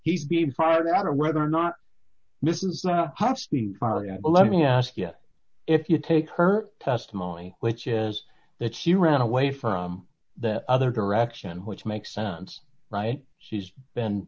he's being fired or whether or not this is how far and let me ask you if you take her testimony which is that she ran away from the other direction which makes sense right she's been